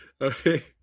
okay